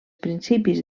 principis